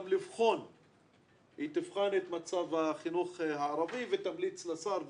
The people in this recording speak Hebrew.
לבחון את מצב החינוך הערבי ותמליץ לשר וכדומה,